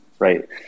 Right